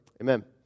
Amen